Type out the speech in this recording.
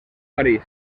parís